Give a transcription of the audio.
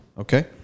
Okay